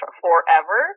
forever